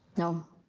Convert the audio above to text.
no.